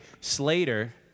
Slater